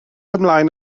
ymlaen